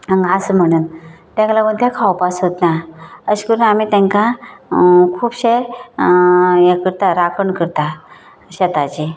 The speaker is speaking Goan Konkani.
हांगा आसा म्हणोन ताका लागून ते खावपा सोदता अशे करून आमी तांकां खुबशे हें करता राकण करता शेताची